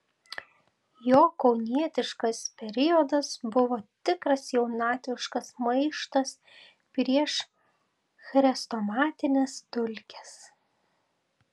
jo kaunietiškas periodas buvo tikras jaunatviškas maištas prieš chrestomatines dulkes